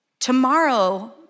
Tomorrow